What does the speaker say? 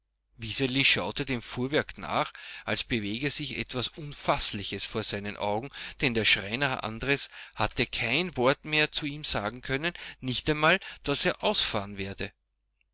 schaute dem fuhrwerk nach als bewege sich etwas unfaßliches vor seinen augen denn der schreiner andres hatte kein wort mehr zu ihm sagen können nicht einmal daß er ausfahren werde